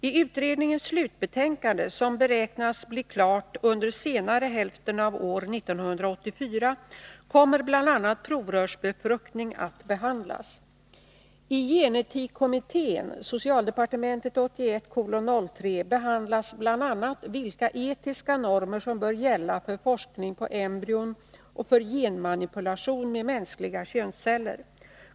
I utredningens slutbetänkande, som beräknas bli klart under senare hälften av år 1984, kommer bl.a. provrörsbefruktning att behandlas. I gen-etikkommittén behandlas bl.a. vilka etiska normer som bör gälla för forskning på embryon och för genmanipulation med mänskliga könsceller.